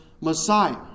Messiah